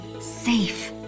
safe